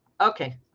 Okay